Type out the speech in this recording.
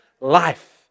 life